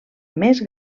més